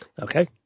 Okay